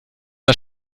das